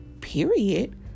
Period